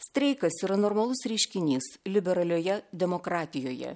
streikas yra normalus reiškinys liberalioje demokratijoje